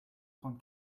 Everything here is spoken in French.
trente